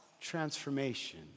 transformation